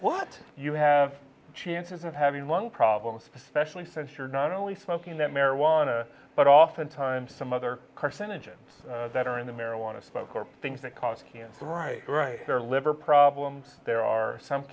what you have chances of having lung problems especially since you're not only smoking that marijuana but oftentimes some other carcinogens that are in the marijuana smoke or things that cause cancer right there liver problems there are some